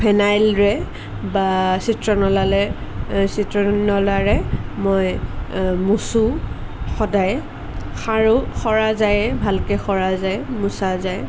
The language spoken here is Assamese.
ফেনাইলেৰে বা চিত্ৰনলাৰে চিত্ৰনলাৰে মই অ মুচোঁ সদায় সাৰোঁ সৰা যায়েই ভালকে সৰা যায় মুচা যায়